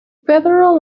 federal